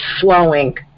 flowing